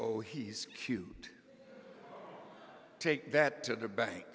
oh he's cute take that to the bank